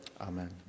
Amen